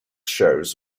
shows